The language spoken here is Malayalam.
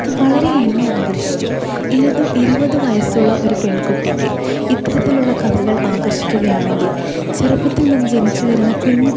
അത് വളരെ എന്നെ ആകർഷിച്ചു ഇരുപതുവയസ്സുള്ള ഒരു പെൺകുട്ടിക്ക് ഇത്തരത്തിലുള്ള കഥകൾ ആകർഷിക്കുകയാണെങ്കിൽ ചെറുപ്പത്തിൽ നിന്നു ജനിച്ചു വരുന്ന കുഞ്ഞു